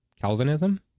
Calvinism